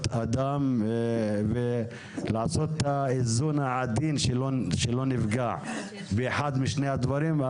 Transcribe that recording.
אדם ולעשות את האיזון העדין כדי שלא נפגע באחד משני הדברים.